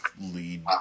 lead